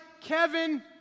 Kevin